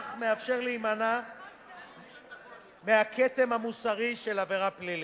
ומאידך גיסא מאפשר להימנע מהכתם המוסרי של עבירה פלילית.